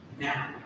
now